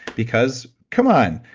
because, come on,